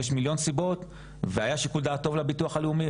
יש מיליון סיבות והיה שיקול דעת טוב לביטוח הלאומי,